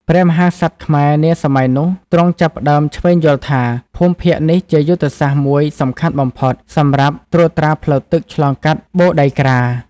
ព្រះមហាក្សត្រខ្មែរនាសម័យនោះទ្រង់ចាប់ផ្តើមឈ្វេងយល់ថា ភូមិភាគនេះជាយុទ្ធសាស្ត្រមួយសំខាន់បំផុត សម្រាប់ត្រួតត្រាផ្លូវទឹកឆ្លងកាត់ បូរដីក្រា។